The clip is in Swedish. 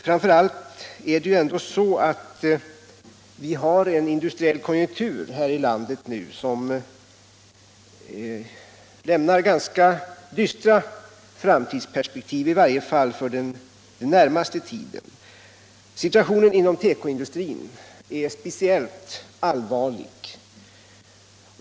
Framför allt är det ju så att vi i vårt land nu har en industriell konjunktur som lämnar ganska dystra framtidsperspektiv, i varje fall för den närmaste tiden. Situationen inom tekoindustrin är speciellt allvarlig.